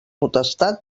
potestat